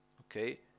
okay